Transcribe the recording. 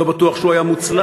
לא בטוח שהוא היה מוצלח.